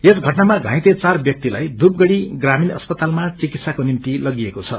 यस घटनामा घाइते चार व्याक्तिलाई धुपगड़ी ग्रामीण अस्पताालमा चिकित्साको निम्ति लगिएको छ